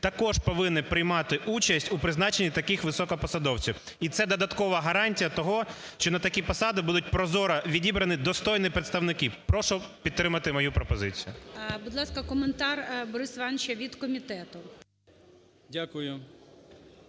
також повинен приймати участь у призначенні таких високопосадовців. І це додаткова гарантія того, що на такі посади будуть прозоро відібрані достойні представники. Прошу підтримати мою пропозицію. ГОЛОВУЮЧИЙ. Прошу коментар, Борис Івановича від комітету.